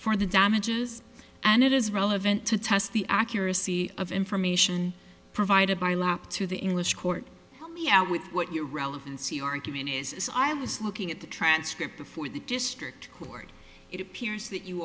for the damages and it is relevant to test the accuracy of information provided by lap to the english court help me out with what your relevancy argument is is i was looking at the transcript before the district court it appears that you